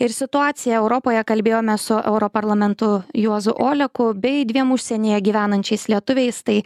ir situaciją europoje kalbėjomės su europarlamentu juozu oleku bei dviem užsienyje gyvenančiais lietuviais tai